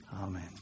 Amen